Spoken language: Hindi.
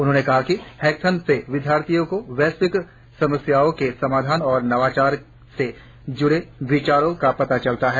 उन्होंने कहा कि हैकेथॉम से विद्यार्थियों को वैश्विक समस्याओं के समाधान और नवाचार से जुड़े विचारों का पता चलता है